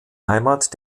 heimat